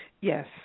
Yes